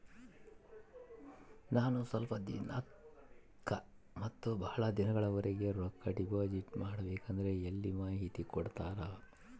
ನಾನು ಸ್ವಲ್ಪ ದಿನಕ್ಕ ಮತ್ತ ಬಹಳ ದಿನಗಳವರೆಗೆ ರೊಕ್ಕ ಡಿಪಾಸಿಟ್ ಮಾಡಬೇಕಂದ್ರ ಎಲ್ಲಿ ಮಾಹಿತಿ ಕೊಡ್ತೇರಾ?